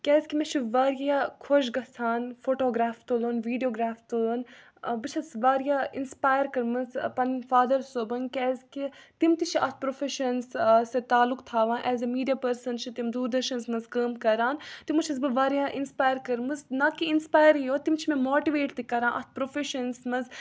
کیٛازِکہِ مےٚ چھِ واریاہ خۄش گژھان فوٹوگرٛاف تُلُن ویٖڈیوگرٛاف تُلُن بہٕ چھَس واریاہ اِنَسپایر کٔرمٕژ پَنٕنۍ فادَر صوبَن کیٛازِکہِ تِم تہِ چھِ اَتھ پرٛوفیشَن سۭتۍ تعلُق تھاوان ایز اےٚ میٖڈیا پٔرسَن چھِ تِم دوٗردَرشَنَس منٛز کٲم کَران تِمو چھَس بہٕ واریاہ اِنَسپایر کٔرمٕژ نہ کہِ اِنَسپایرٕے یوت تِم چھِ مےٚ ماٹِویٹ تہِ کَران اَتھ پرٛوفیشَنَس منٛز